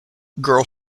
girl